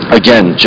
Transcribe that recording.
again